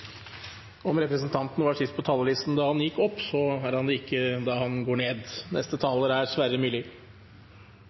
Om representanten var sist på talerlisten da han gikk opp, er han det ikke når han går ned. Samferdselsministeren sa i sitt siste innlegg om anbudsutsettingen av Sørlandsbanen at opposisjonen er